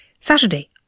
Saturday